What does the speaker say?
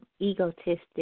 egotistic